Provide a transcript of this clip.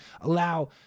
allow